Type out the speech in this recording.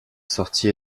sortie